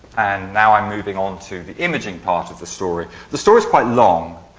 and now i'm moving on to the imaging part of the story. the story's quite long.